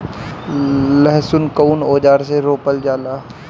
लहसुन कउन औजार से रोपल जाला?